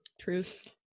Truth